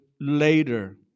later